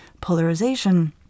polarization